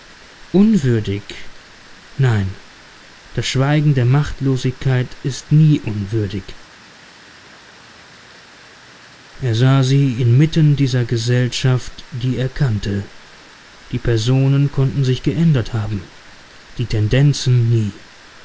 unwürdig nein das schweigen der machtlosigkeit ist nie unwürdig er sah sie inmitten dieser gesellschaft die er kannte die personen konnten sich geändert haben die tendenzen nie